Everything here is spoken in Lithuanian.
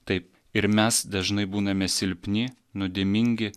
taip ir mes dažnai būname silpni nuodėmingi